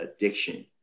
addiction